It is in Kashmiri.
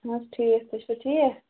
اَہَن حظ ٹھیٖک تُہۍ چھِوا ٹھیٖک